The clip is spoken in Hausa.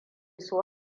so